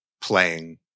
playing